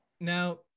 Now